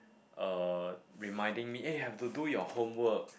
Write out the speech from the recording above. uh reminding me eh have to do your homework